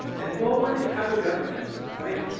and mobilizing tribal governments, right,